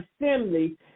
assembly